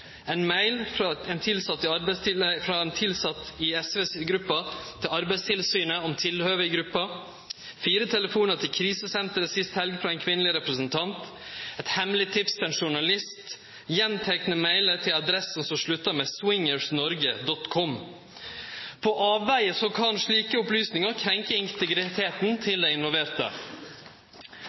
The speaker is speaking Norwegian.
ein mail frå ein tilsett i SV si gruppe til Arbeidstilsynet om tilhøvet i gruppa, fire telefonar til krisesenteret sist helg frå ein kvinneleg representant, eit hemmeleg tips til ein journalist, gjentekne mailer til ei adresse som sluttar med swingersnorge.com. På avvegar kan slike opplysningar krenkje integriteten til